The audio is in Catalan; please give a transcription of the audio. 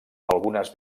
algunes